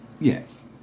Yes